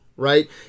Right